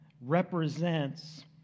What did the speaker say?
represents